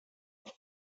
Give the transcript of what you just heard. that